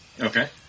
Okay